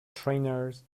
trainers